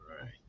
Right